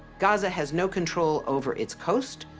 gaza has no control over its coast,